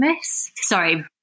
sorry